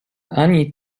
ani